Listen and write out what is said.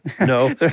No